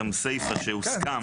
האמת היא יש כאן גם סיפה שהוסכם,